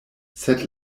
sed